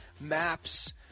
maps